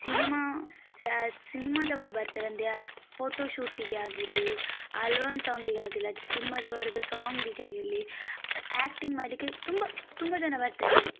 cinema ಸಿನಿಮಾದವರು ಬರ್ತಾರೆ ಅಂದರೆ ಫೋಟೋಶೂಟಿಗೆ ಆಗಿರಲಿ ಆಲ್ಬಮ್ ಸಾಂಗಿಗಾಗಿರಲಿ ಅದು ಸಿನಿಮಾದವರದ್ದು ಸಾಂಗಿಗೆ ಆಗಿರಲಿ ಆ್ಯಕ್ಟಿಂಗ್ ಮಾಡಲಿಕ್ಕೆ ತುಂಬ ತುಂಬ ಜನ ಬರ್ತಾರೆ